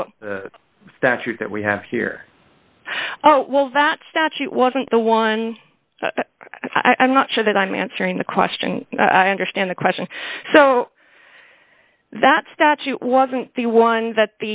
the statute that we have here oh well that statute wasn't the one i'm not sure that i'm answering the question i understand the question so that statute wasn't the one that